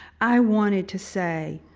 i wanted to say,